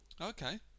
okay